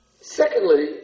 Secondly